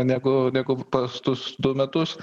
negu negu pas tus du metus